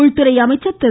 உள்துறை அமைச்சர் திரு